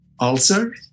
ulcer